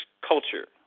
culture